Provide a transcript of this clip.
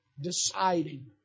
deciding